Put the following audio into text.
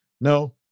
No